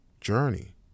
journey